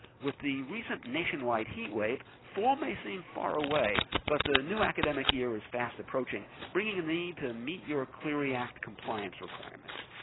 with the recent nationwide heat wave, fall may seem far away, but the new academic year is fast approaching, bringing a need to meet your clery act compliance requirements.